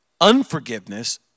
unforgiveness